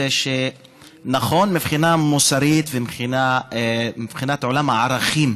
זה נכון מבחינה מוסרית ומבחינת עולם הערכים.